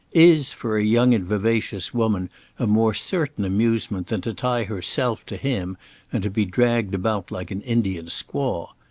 is for a young and vivacious woman a more certain amusement than to tie herself to him and to be dragged about like an indian squaw.